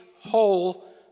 whole